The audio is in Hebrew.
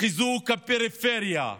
לחיזוק הפריפריה,